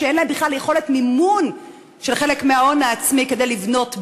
שאין להם בכלל יכולת מימון של חלק מההון העצמי כדי לבנות בית.